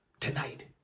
tonight